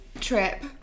Trip